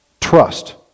trust